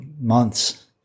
months